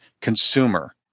consumer